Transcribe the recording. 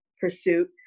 pursuit